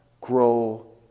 grow